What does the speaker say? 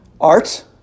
art